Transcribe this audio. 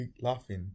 laughing